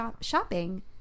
shopping